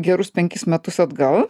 gerus penkis metus atgal